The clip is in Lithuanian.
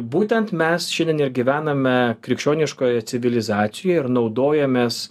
būtent mes šiandien ir gyvename krikščioniškoje civilizacijoje ir naudojamės